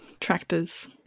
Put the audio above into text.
Tractors